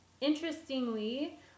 Interestingly